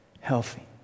healthy